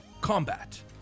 Combat